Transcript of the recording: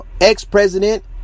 Ex-President